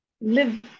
Live